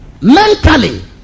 Mentally